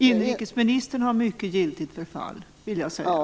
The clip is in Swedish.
Inrikesministern har mycket giltigt förfall, vill jag säga.